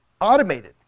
automated